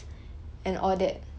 and all that